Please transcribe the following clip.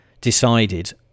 decided